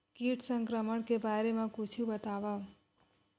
कीट संक्रमण के बारे म कुछु बतावव?